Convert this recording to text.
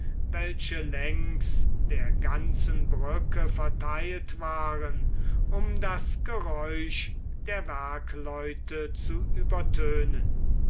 welche längs der ganzen brücke verteilt waren um das geräusch der werkleute zu übertönen